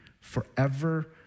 forever